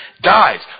dies